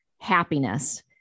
happiness